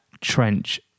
trench